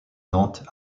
nantes